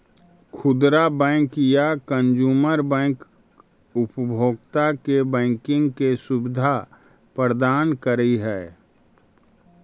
खुदरा बैंक या consumer bank उपभोक्ता के बैंकिंग के सुविधा प्रदान करऽ हइ